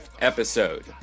episode